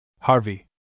Harvey